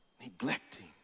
neglecting